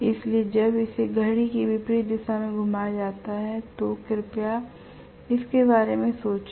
इसलिए जब इसे घड़ी की विपरीत दिशा में घुमाया जाता है तो कृपया इसके बारे में सोचें